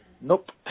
Nope